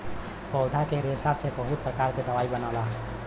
पौधा क रेशा से बहुत प्रकार क दवाई बनला